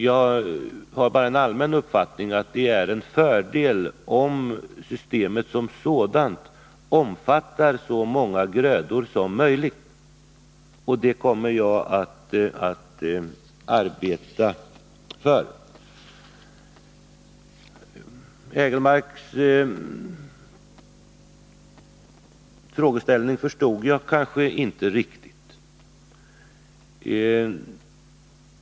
Jag har bara en allmän uppfattning att det är en fördel om systemet som sådant omfattar så många grödor som möjligt, och det kommer jag att arbeta för. Eric Hägelmarks frågeställning förstod jag inte riktigt.